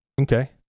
Okay